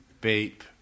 Beep